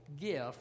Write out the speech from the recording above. gift